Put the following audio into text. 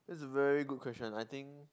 it's very good question I think